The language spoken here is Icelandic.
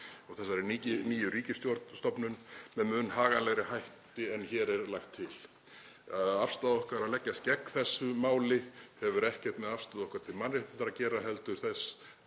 og þessari nýju ríkisstofnun með mun haganlegri hætti en hér er lagt til. Afstaða okkar, að leggjast gegn þessu máli, hefur ekkert með afstöðu okkar til mannréttinda að gera heldur það